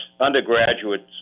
undergraduates